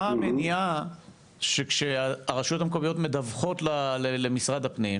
מה המניעה שכשהרשויות המקומיות מדווחות למשרד הפנים,